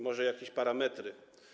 Może jakieś parametry?